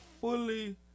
fully